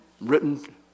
written